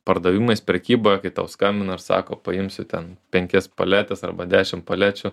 pardavimais prekyba kai tau skambina ir sako paimsiu ten penkias paletes arba dešim palečių